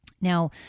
Now